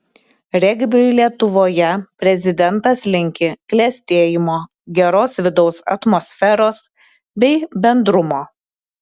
regbiui lietuvoje prezidentas linki klestėjimo geros vidaus atmosferos bei bendrumo